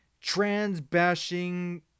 trans-bashing